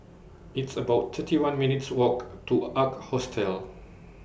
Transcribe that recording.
It's about thirty one minutes' Walk to Ark Hostel